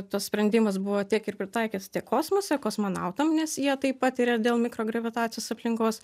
tas sprendimas buvo tiek ir pritaikytas tiek kosmose kosmonautam nes jie taip pat yra dėl mikrogravitacijos aplinkos